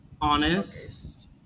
Honest